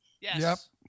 Yes